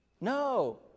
No